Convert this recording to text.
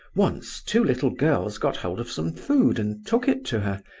once two little girls got hold of some food and took it to her,